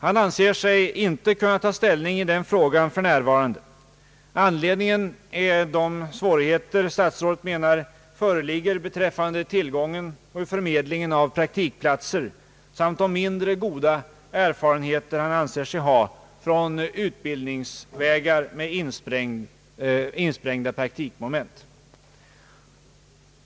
Han anser sig inte kunna ta ställning i den frågan för närvarande, Anledningen är de svårigheter som enligt statsrådets uppfattning föreligger beträffande tillgången till och förmedlingen av praktikplatser samt de mindre goda erfarenheter han anser sig ha från utbildningsvägar med insprängda praktikmoment.